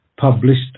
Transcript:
published